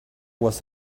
was